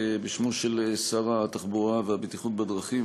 בשמו של שר התחבורה והבטיחות בדרכים,